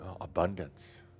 abundance